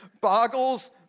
boggles